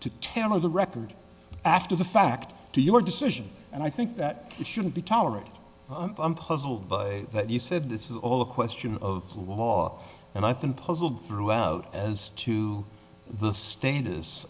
to tell the record after the fact to your decision and i think that it shouldn't be tolerated i'm puzzled by that you said this is all a question of law and i've been puzzled throughout as to the status